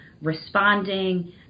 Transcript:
responding